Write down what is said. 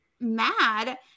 mad